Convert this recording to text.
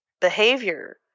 behavior